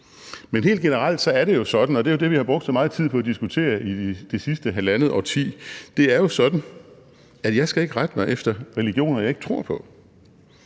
Men helt generelt er det jo sådan – og det er jo det, vi har brugt så meget tid på at diskutere i det sidste halvandet årti – at jeg ikke skal rette mig efter religioner, jeg ikke tror på.